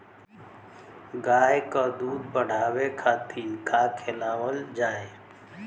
गाय क दूध बढ़ावे खातिन का खेलावल जाय?